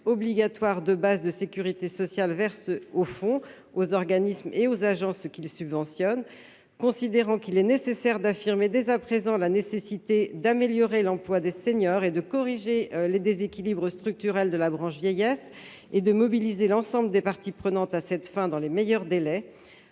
obligatoires de base de sécurité sociale verse au fond aux organismes et aux agences qui le subventionne, considérant qu'il est nécessaire d'affirmer dès à présent, la nécessité d'améliorer l'emploi des seniors et de corriger les déséquilibres structurels de la branche vieillesse et de mobiliser l'ensemble des parties prenantes à cette fin dans les meilleurs délais